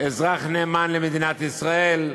אזרח נאמן למדינת ישראל,